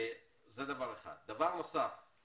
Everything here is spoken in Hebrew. דבר נוסף הוא